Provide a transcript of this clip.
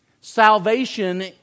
Salvation